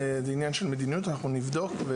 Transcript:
זה עניין של מדיניות, אנחנו נבדוק.